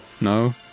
No